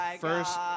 First